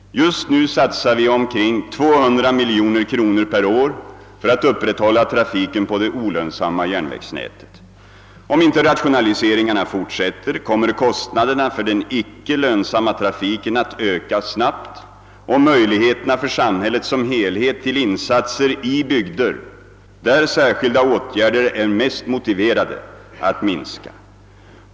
Just nu satsar vi omkring 200 miljoner kronor per år för att upprätthålla trafiken på det olönsamma järnvägsnätet. Om inte rationaliseringarna fortsätter, kommer kostnaderna för den icke lönsamma trafiken att öka snabbt och möjligheterna för samhället som helhet till insatser i bygder, där särskilda åtgärder är mest motiverade, att minska.